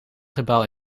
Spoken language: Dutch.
gebouw